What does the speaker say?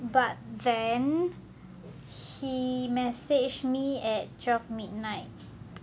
but then he messaged me at twelve midnight